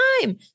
time